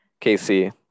KC